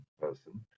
person